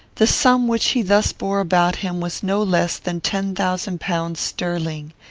the sum which he thus bore about him was no less than ten thousand pounds sterling.